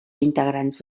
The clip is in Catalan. integrants